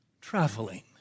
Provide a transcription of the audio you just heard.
traveling